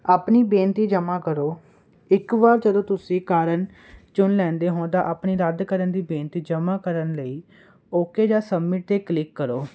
ਆਪਣੀ ਬੇਨਤੀ ਜਮਾਂ ਕਰੋ ਇੱਕ ਵਾਰ ਜਦੋਂ ਤੁਸੀਂ ਕਾਰਨ ਚੁਣ ਲੈਂਦੇ ਹੋ ਤਾਂ ਆਪਣੀ ਰੱਦ ਕਰਨ ਦੀ ਬੇਨਤੀ ਜਮਾਂ ਕਰਨ ਲਈ ਓਕੇ ਜਾਂ ਸਬਮਿਟ ਤੇ ਕਲਿੱਕ ਕਰੋ